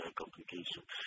complications